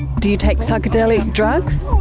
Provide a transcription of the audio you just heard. do you take psychedelic drugs?